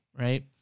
right